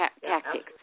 tactics